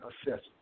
assessment